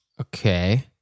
Okay